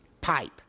pipe